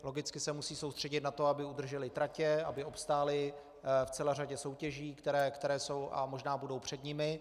Logicky se musí soustředit na to, aby udržely tratě, aby obstály v celé řadě soutěží, které jsou a možná budou před nimi.